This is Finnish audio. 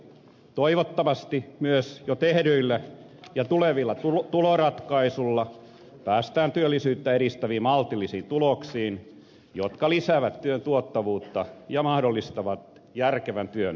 toivottavasti myös jo tehdyillä ja tulevilla tuloratkaisuilla päästään työllisyyttä edistäviin maltillisiin tuloksiin jotka lisäävät työn tuottavuutta ja mahdollistavat järkevän työn verotuksen